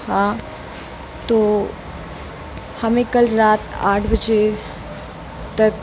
हाँ तो हमें कल रात आठ बजे तक